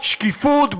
שקיפות,